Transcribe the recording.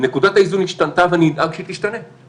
נקודת האיזון השתנתה ואני אדאג שהיא תשתנה.